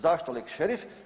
Zašto „lex šerif“